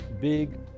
big